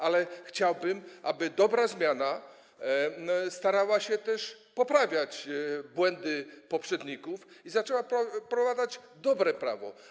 Ale chciałbym, aby dobra zmiana starała się też poprawiać błędy poprzedników i zaczęła wprowadzać dobre prawo.